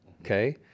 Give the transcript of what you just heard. Okay